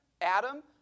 Adam